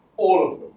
of